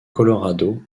colorado